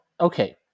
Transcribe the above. okay